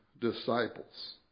disciples